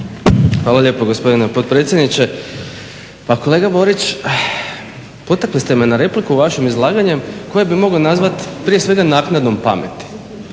Hvala lijepo gospodine potpredsjedniče. Pa kolega Borić, potakli ste me na repliku vašim izlaganjem kojim bi mogao nazvati prije svega naknadnom pameti.